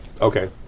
Okay